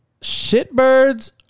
Shitbirds